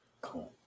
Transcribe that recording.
Cool